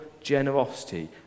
generosity